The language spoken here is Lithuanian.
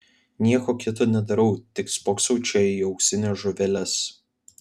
nieko kito nedarau tik spoksau čia į auksines žuveles